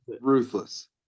Ruthless